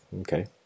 Okay